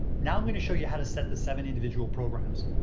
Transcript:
now i'm going to show you how to set the seven individual programs.